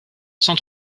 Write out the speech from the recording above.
sans